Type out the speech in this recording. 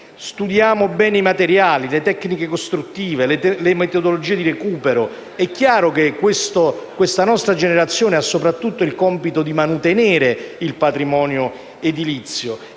Studiamo bene i materiali, le tecniche costruttive, le metodologie di recupero. È chiaro che questa nostra generazione ha soprattutto il compito di mantenere il patrimonio edilizio.